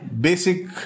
basic